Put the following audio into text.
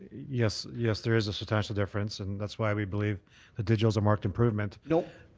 yes. yes, there is a substantial difference and that's why we believe the digital's a marked improvement. no,